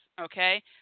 Okay